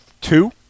two